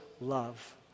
Love